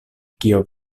kio